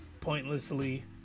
pointlessly